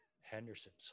Henderson's